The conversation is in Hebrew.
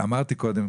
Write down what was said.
אמרתי קודם,